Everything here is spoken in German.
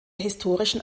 historischen